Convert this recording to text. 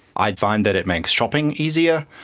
i find that it makes shopping easier.